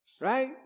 right